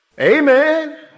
amen